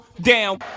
down